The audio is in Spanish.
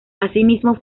asimismo